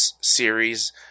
series